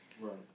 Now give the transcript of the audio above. Right